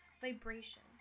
vibration